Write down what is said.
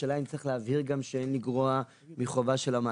השאלה אם צריך להבהיר גם שאין לגרוע מחובה של המעסיק.